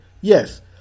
Yes